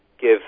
give